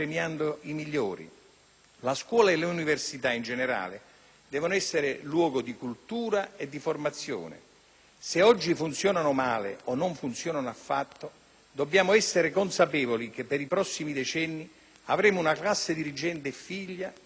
La scuola e l'università in generale devono essere luogo di cultura e di formazione. Se oggi funzionano male, o non funzionano affatto, dobbiamo essere consapevoli che per i prossimi decenni avremo una classe dirigente figlia di tali situazioni.